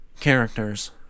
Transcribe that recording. characters